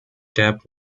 tap